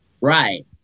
right